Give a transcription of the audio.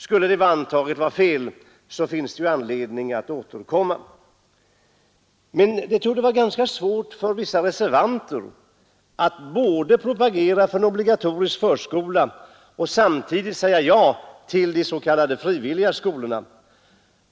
Skulle det antagandet vara fel så finns det anledning att återkomma till frågan om ett obligatorium. Det torde emellertid vara ganska svårt för vissa reservanter att propagera för en obligatorisk förskola och samtidigt säga ja till de s.k. frivilliga förskolorna.